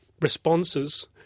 responses